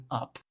up